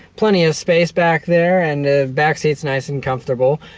plenty of space back there, and the back seat's nice and comfortable.